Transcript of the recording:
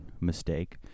mistake